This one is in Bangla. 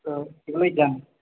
তো এগুলোই জানি